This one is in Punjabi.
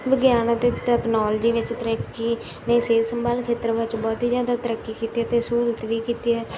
ਵਿਗਿਆਨ ਅਤੇ ਤਕਨੋਲਜੀ ਵਿੱਚ ਤਰੱਕੀ ਨਹੀਂ ਸਿਹਤ ਸੰਭਾਲ ਖੇਤਰ ਵਿੱਚ ਬਹੁਤ ਹੀ ਜ਼ਿਆਦਾ ਤਰੱਕੀ ਕੀਤੀ ਅਤੇ ਸਹੂਲਤ ਵੀ ਕੀਤੀ ਹੈ